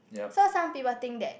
so some people think that